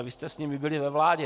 Vy jste s nimi byli ve vládě.